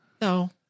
No